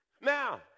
Now